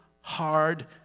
hard